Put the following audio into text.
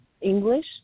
English